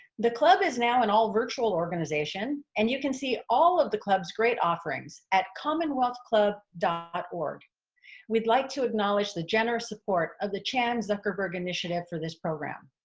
the club is now an all-virtual organization and you can see all of the club's great offerings at commonwealthclub dot org we'd like to acknowledge the generous support of the chan zuckerberg initiative for this program